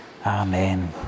Amen